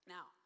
Now